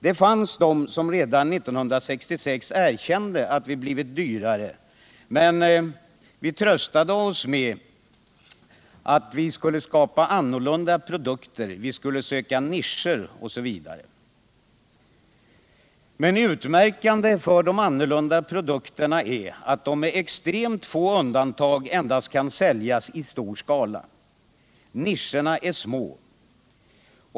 Det fanns de som redan 1966 erkände att vi blivit dyrare, men vi tröstade oss med att vi skulle skapa annorlunda produkter, vi skulle söka nischer, osv. Men utmärkande för de annorlunda produkterna är att de med extremt få undantag endast kan säljas i stor skala. Nischerna är små.